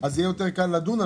יהיה יותר קל לדון על זה.